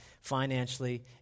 financially